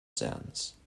sense